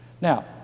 Now